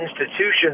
institutions